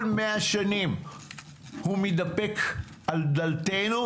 כל 100 שנים הוא מתדפק על דלתנו.